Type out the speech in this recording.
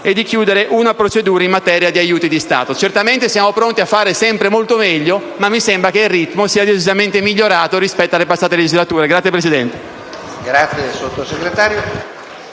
EU Pilot e una procedura in materia di aiuti di Stato. Certamente siamo pronti a fare sempre meglio, ma mi sembra che il ritmo sia decisamente migliorato rispetto alle passate legislature. *(Applausi